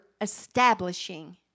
establishing